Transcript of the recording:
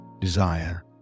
desire